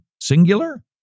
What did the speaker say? singular